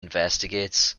investigates